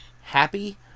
Happy